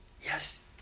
Yes